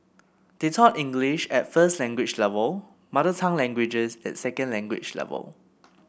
they taught English at first language level mother tongue languages at second language level